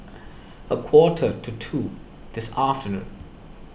a quarter to two this afternoon